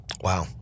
Wow